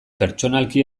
pertsonalki